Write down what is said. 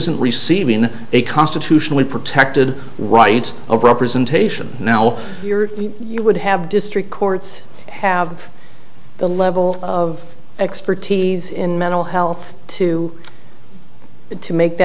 isn't receiving a constitutionally protected right of representation now you would have district courts have the level of expertise in mental health to to make